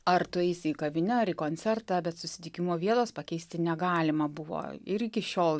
ar tu eisi į kavinę ar į koncertą bet susitikimo vielos pakeisti negalima buvo ir iki šiol